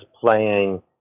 playing